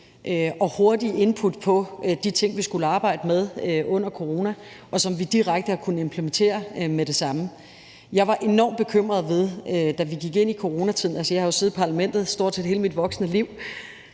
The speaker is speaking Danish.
og hurtig input i forhold til de ting, vi skulle arbejde med under corona, og som vi direkte har kunnet implementere med det samme. Jeg var en enormt bekymret, da vi gik ind i coronatiden. Altså, jeg har jo siddet i parlamentet stort set hele mit voksne liv